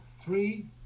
three